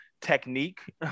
technique